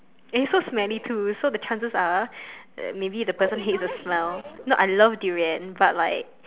it's so smelly too so the chances are maybe the person hates the smell no but I love durian but like